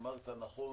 אמרת נכון